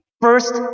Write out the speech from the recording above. first